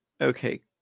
okay